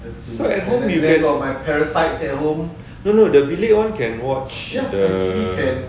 so at home you have no no the bilik one can watch the